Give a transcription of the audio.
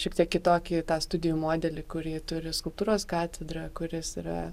šiek tiek kitokį tą studijų modelį kurį turi skulptūros katedra kuris yra